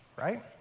right